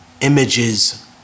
images